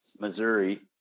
missouri